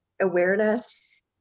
awareness